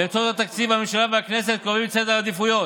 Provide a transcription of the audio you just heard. באמצעות התקציב הממשלה והכנסת קובעות את סדר העדיפויות.